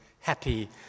Happy